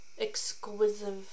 exquisite